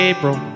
April